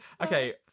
Okay